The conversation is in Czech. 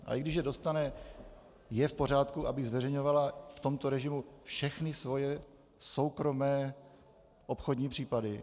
A i když je dostane, je v pořádku, aby zveřejňovala v tomto režimu všechny svoje soukromé obchodní případy?